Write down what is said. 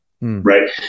right